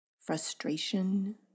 frustration